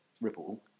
ripple